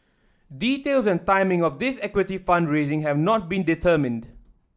details and timing of this equity fund raising have not been determined